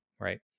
right